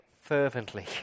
fervently